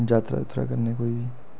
जात्तरा जूत्तरा करने गी कोई बी